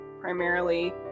primarily